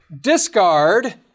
discard